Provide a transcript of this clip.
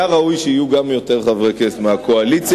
היה ראוי שיהיו גם יותר חברי כנסת מהקואליציה.